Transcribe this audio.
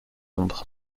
ombre